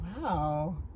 Wow